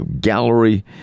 gallery